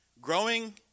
Growing